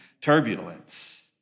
turbulence